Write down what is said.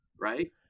right